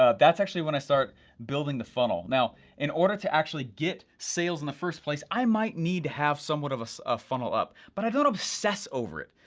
ah that's actually when i start building the funnel. now in order to actually get sales in the first place, i might need half somewhat of a ah funnel up but i don't obsess over it.